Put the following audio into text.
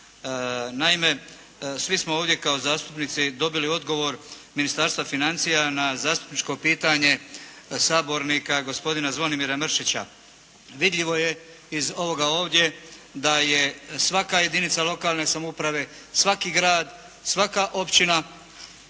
Naime, svi smo ovdje kao zastupnici dobili odgovor Ministarstva financija na zastupničko pitanje sabornika gospodina Zvonimira Mršića. Vidljivo je iz ovoga ovdje da je svaka jedinica lokalne samouprave, svaki grad, svaka općina